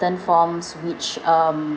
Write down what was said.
forms which um